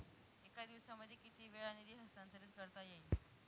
एका दिवसामध्ये किती वेळा निधी हस्तांतरीत करता येईल?